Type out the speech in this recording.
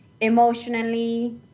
emotionally